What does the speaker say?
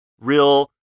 real